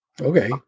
okay